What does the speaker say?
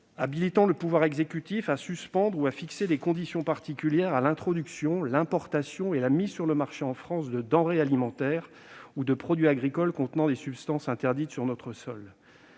habilitant le pouvoir exécutif à suspendre ou à fixer les conditions particulières à l'introduction, l'importation et la mise sur le marché, en France, de denrées alimentaires ou de produits agricoles qui contiennent des substances interdites sur notre sol.